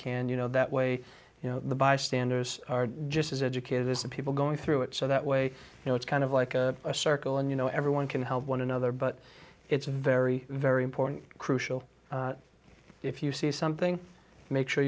can you know that way you know the bystanders are just as educated as the people going through it so that way you know it's kind of like a circle and you know everyone can help one another but it's very very important crucial if you see something make sure